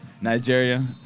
Nigeria